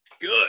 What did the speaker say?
good